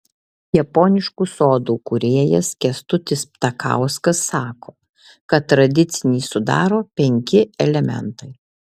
japoniškų sodų kūrėjas kęstutis ptakauskas sako kad tradicinį sudaro penki elementai